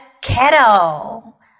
kettle